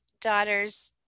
daughter's